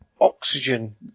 oxygen